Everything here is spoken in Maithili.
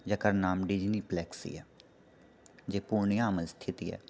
जेकर नाम डिजनीप्लैक्स यऽ जे पूर्णियाँमे स्थित यऽ